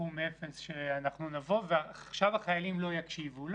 סכום אפס שאנחנו נבוא ועכשיו החיילים לא יקשיבו.